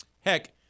Heck